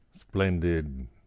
splendid